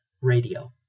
Radio